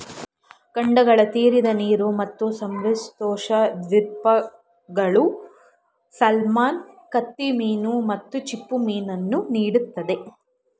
ಖಂಡಗಳ ತೀರದ ನೀರು ಮತ್ತು ಸಮಶೀತೋಷ್ಣ ದ್ವೀಪಗಳು ಸಾಲ್ಮನ್ ಕತ್ತಿಮೀನು ಮತ್ತು ಚಿಪ್ಪುಮೀನನ್ನು ನೀಡ್ತದೆ